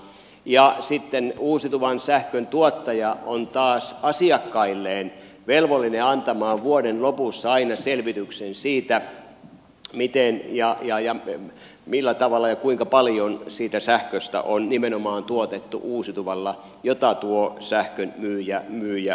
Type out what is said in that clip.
ja sitten uusiutuvan sähkön tuottaja on taas asiakkailleen velvollinen antamaan vuoden lopussa aina selvityksen siitä miten ja millä tavalla ja kuinka paljon siitä sähköstä on nimenomaan tuotettu uusiutuvalla jota tuo sähkön myyjä myy